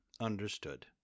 understood